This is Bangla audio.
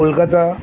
কলকাতা